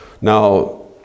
Now